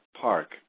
park